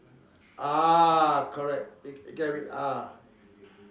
ah correct get what I mean ah